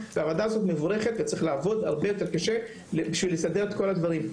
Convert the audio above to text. והוועדה הזו מבורכת וצריך לעבוד הרבה יותר קשה בשביל לסדר את כל הדברים.